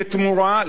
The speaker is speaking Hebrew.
לרבות